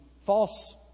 false